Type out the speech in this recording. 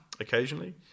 Occasionally